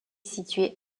située